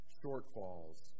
shortfalls